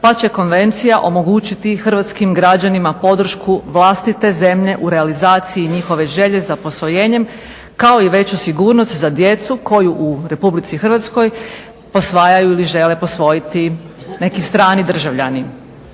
pa će konvencija omogućiti hrvatskim građanima podršku vlastite zemlje u realizaciji njihove želje za posvojenjem kao i veću sigurnost za djecu koju u RH posvajaju ili žele posvojiti neki strani državljani.